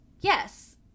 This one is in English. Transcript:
yes